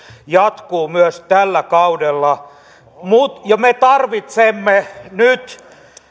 jatkuu myös tällä kaudella me tarvitsemme nyt